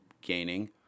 gaining